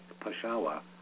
Peshawar